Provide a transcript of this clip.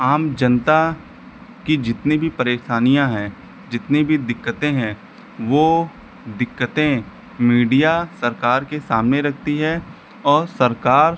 आम जनता की जितनी भी परेशानियाँ हैं जितनी भी दिक्कतें हैं वह दिक्कतें मीडिया सरकार के सामने रखती है और सरकार